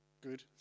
good